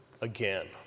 again